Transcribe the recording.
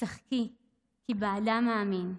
"שחקי כי באדם אאמין,